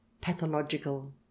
pathological